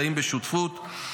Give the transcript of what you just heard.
חיים בשותפות.